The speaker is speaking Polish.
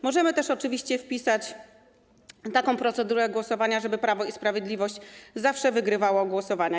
Możemy też oczywiście wpisać taką procedurę głosowania, żeby Prawo i Sprawiedliwość zawsze wygrywało głosowania.